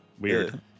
weird